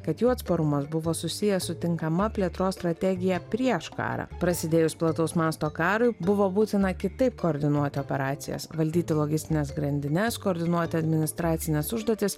kad jų atsparumas buvo susijęs su tinkama plėtros strategija prieš karą prasidėjus plataus masto karui buvo būtina kitaip koordinuoti operacijas valdyti logistines grandines koordinuoti administracines užduotis